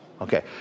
Okay